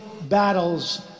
battles